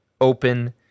open